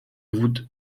voûte